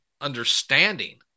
understanding